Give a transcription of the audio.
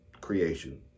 creation